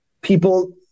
people